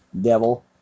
devil